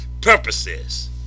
purposes